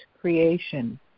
creation